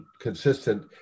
consistent